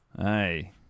Hey